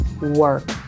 work